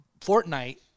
Fortnite